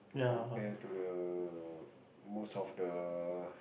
compare to the most of the